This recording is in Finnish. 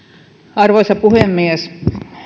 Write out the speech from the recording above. arvoisa puhemies